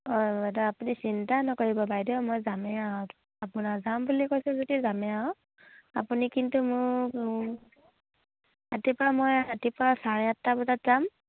অঁ বাইদেউ আপুনি চিন্তাই নকৰিব বাইদেউ মই যামেই আৰু আপোনাৰ যাম বুলি কৈছোঁ যদি যামেই আৰু আপুনি কিন্তু মোক ৰাতিপুৱা মই ৰাতিপুৱা চাৰে আঠটা বজাত যাম